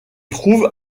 trouve